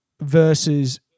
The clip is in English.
versus